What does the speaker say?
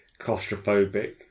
claustrophobic